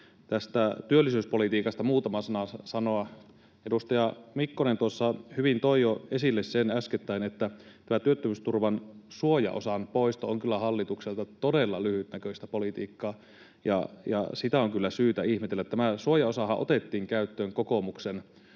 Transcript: tästä työllisyyspolitiikasta muutaman sanan sanoa. Edustaja Mikkonen tuossa äskettäin hyvin toi jo esille sen, että tämä työttömyysturvan suojaosan poisto on kyllä hallitukselta todella lyhytnäköistä politiikkaa ja sitä on kyllä syytä ihmetellä. Tämä suojaosahan otettiin käyttöön kokoomuksen